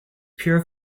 pure